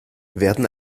werden